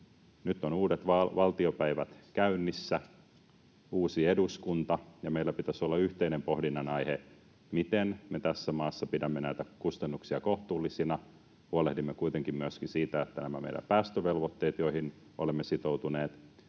Nyt ovat uudet valtiopäivät käynnissä, on uusi eduskunta, ja meillä pitäisi olla yhteinen pohdinnan aihe, miten me tässä maassa pidämme näitä kustannuksia kohtuullisina ja huolehdimme kuitenkin myöskin siitä, että meidän päästövelvoitteet, joihin olemme sitoutuneet,